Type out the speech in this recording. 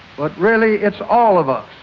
but really it's all of us,